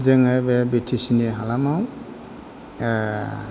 जोङो बे B T C नि हालामाव